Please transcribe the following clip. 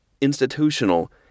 institutional